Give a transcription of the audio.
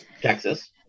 Texas